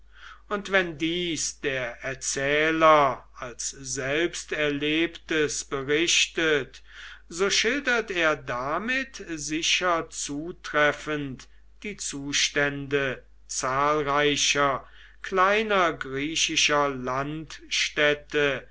und wenn dies der erzähler als selbsterlebtes berichtet so schildert er damit sicher zutreffend die zustände zahlreicher kleiner griechischer